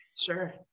sure